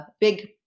big